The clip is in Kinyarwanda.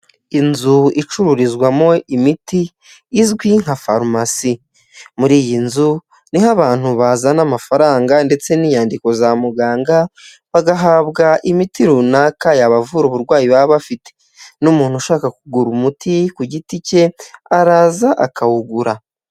Inzu icururizwamo imiti izwi nka farumasi muri iyi nzu niho abantu bazana amafaranga ndetse n'inyandiko za muganga bagahabwa imiti runaka yabavura uburwayi baba bafite n'umuntu ushaka kugura umuti ku giti cye araza akawugura.